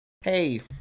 hey